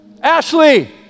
Ashley